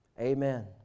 Amen